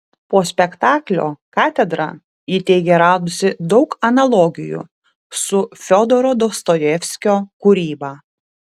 po spektaklio katedra ji teigė radusi daug analogijų su fiodoro dostojevskio kūryba